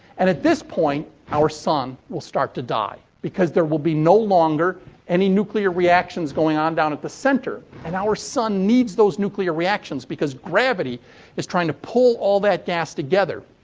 and, at this point, our sun will start to die, because there will be no longer any nuclear reactions going on down at the center, and our sun needs those nuclear reactions because gravity is trying to pull all that gas together.